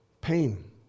Pain